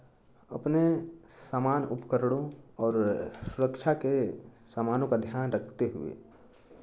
अपने सामान उपकरणों और सुरक्षा के समानों का ध्यान रखते हुए